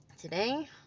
Today